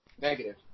Negative